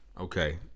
Okay